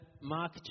Mark